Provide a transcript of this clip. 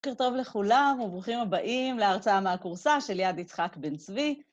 בוקר טוב לכולם, וברוכים הבאים להרצאה מהכורסה של יד יצחק בן צבי.